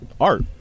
art